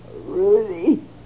Rudy